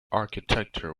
architecture